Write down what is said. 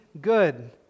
good